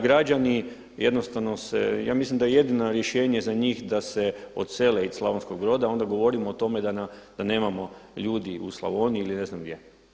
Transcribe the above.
Građani jednostavno se, ja mislim da je jedino rješenje za njih da se odsele iz Slavonskog Broda, onda govorimo o tome da nemamo ljudi u Slavoniji ili ne znam gdje.